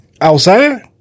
Outside